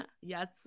yes